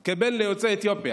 כבן ליוצאי אתיופיה,